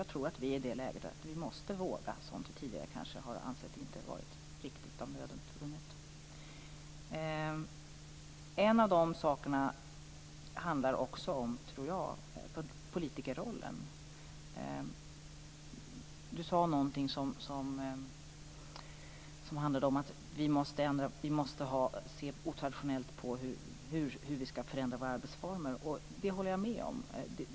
Jag tror att vi är i det läget att vi måste våga sådant som man tidigare inte har ansett vara riktigt av nöden tvunget. En av de sakerna tror jag handlar om politikerrollen. Du sade något om att vi måste se otraditionellt på hur vi skall förändra våra arbetsformer. Jag håller med om det.